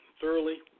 thoroughly